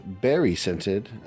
berry-scented